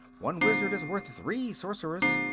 one wizard is worth three sorcerers.